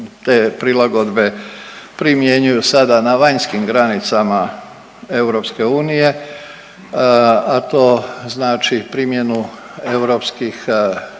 te prilagodbe primjenjuju sada na vanjskim granicama EU a to znači primjenu europskih,